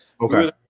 Okay